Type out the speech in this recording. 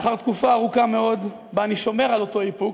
לאחר תקופה ארוכה מאוד שבה אני שומר על אותו איפוק,